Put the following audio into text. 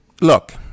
Look